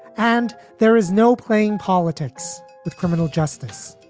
and there is no playing politics with criminal justice